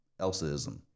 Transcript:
Elsaism